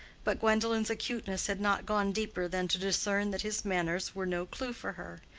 but gwendolen's acuteness had not gone deeper than to discern that his manners were no clue for her,